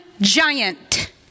giant